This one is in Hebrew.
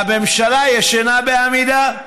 והממשלה ישנה בעמידה.